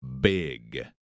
big